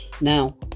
Now